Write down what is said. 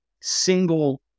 single